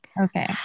Okay